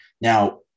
Now